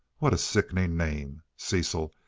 what a sickening name! cecil!